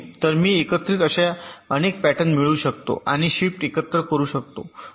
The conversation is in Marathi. तर मी एकत्रित अशा अनेक पॅटर्न मिळवू शकतो आणि शिफ्ट एकत्र करू शकतो